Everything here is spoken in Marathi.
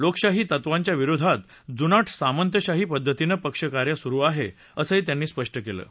लोकशाही तत्त्वांच्या विरोधात जुनाट सामंतशाही पद्धतीनं पक्षकार्य सुरू आहे असंही त्यांनी म्हटलं आहे